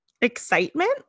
Excitement